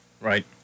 Right